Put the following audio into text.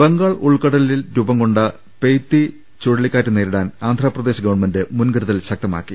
ബംഗാൾ ്ഉൾക്കടലിൽ രൂപം കൊണ്ട പെയ് തി ചുഴലിക്കാറ്റ് നേരിടാൻ ആന്ധ്രപ്രദേശ് ഗവൺമെന്റ് മുൻകരുതൽ ശക്തമാക്കി